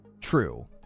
True